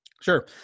Sure